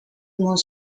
more